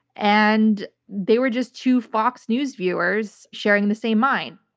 and they were just two fox news viewers sharing the same mind.